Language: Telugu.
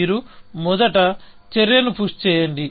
మీరు మొదట చర్యను పుష్ చేయండి